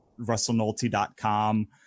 russellnolte.com